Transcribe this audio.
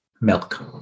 milk